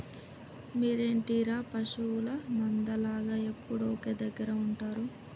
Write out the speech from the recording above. మీరేంటిర పశువుల మంద లాగ ఎప్పుడు ఒకే దెగ్గర ఉంటరు